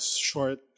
short